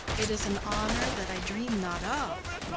it is an honour that i dream not of.